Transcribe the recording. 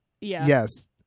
Yes